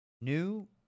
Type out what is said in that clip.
new